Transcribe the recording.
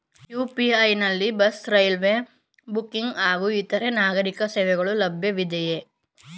UPI ನಲ್ಲಿ bus, railway booking ಹಾಗೂ ಇತರೆ ನಾಗರೀಕ ಸೇವೆಗಳು ಲಭ್ಯವಿದೆಯೇ?